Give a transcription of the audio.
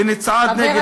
חבר הכנסת איימן עודה,